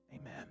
amen